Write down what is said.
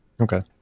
Okay